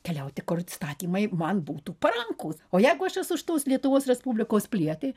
keliauti kur įstatymai man būtų parankūs o jeigu aš esu šitos lietuvos respublikos pilietė